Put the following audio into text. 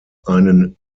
einen